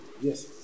Yes